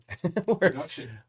production